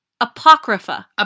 Apocrypha